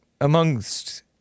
amongst